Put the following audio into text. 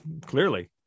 clearly